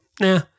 nah